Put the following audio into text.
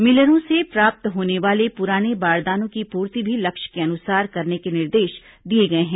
मिलरों से प्राप्त होने वाले पुराने बारदानों की पूर्ति भी लक्ष्य के अनुसार करने के निर्देश दिए गए हैं